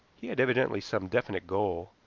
he had evidently some definite goal,